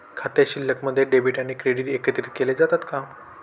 खाते शिल्लकमध्ये डेबिट आणि क्रेडिट एकत्रित केले जातात का?